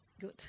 good